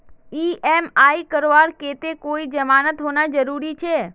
EMI करवार केते कोई जमानत होना जरूरी छे?